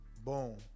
Boom